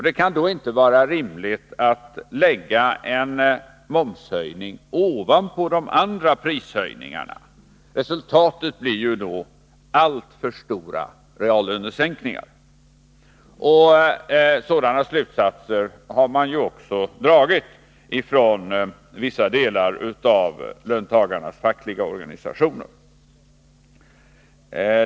Det kan då inte vara rimligt att lägga en momshöjning ovanpå de andra prishöjningarna. Resultatet blir alltför stora reallönesänkningar. Sådana slutsatser har ju också vissa delar av löntagarnas fackliga organisationer dragit.